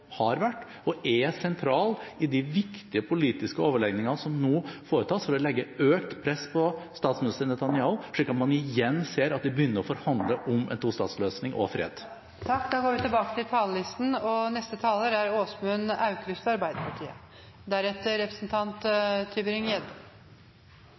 har gjort i giverlandsgruppen. Norge har vært og er sentral i de viktige politiske overlegningene som nå foretas for å legge økt press på statsminister Netanyahu, slik at man igjen ser at vi begynner å forhandle om en tostatsløsning og fred. Replikkordskiftet er